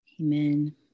Amen